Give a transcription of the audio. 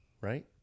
right